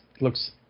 Looks